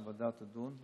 שהוועדה תדון,